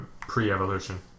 pre-evolution